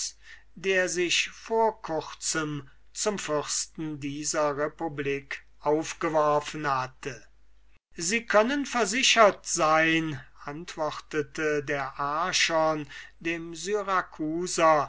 der sich vor kurzem zum fürsten dieser republik aufgeworfen hatte sie können versichert sein antwortete der archon dem